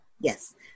Yes